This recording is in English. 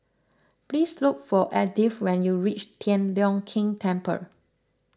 please look for Edythe when you reach Tian Leong Keng Temple